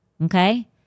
Okay